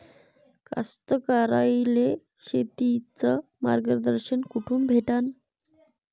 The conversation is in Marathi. कास्तकाराइले शेतीचं मार्गदर्शन कुठून भेटन?